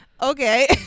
okay